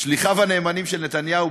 שליחיו הנאמנים של נתניהו,